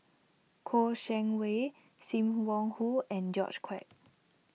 Kouo Shang Wei Sim Wong Hoo and George Quek